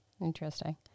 Interesting